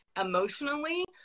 emotionally